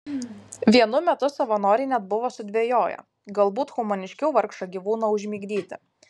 vienu metu savanoriai net buvo sudvejoję galbūt humaniškiau vargšą gyvūną užmigdyti